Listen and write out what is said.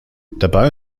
dabei